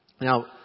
Now